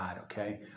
okay